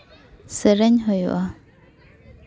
ᱥᱮᱨᱮᱧ ᱦᱳᱭᱳᱜᱼᱟ